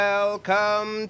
Welcome